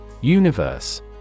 Universe